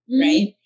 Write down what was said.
right